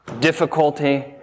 difficulty